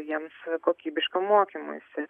jiems kokybiškam mokymuisi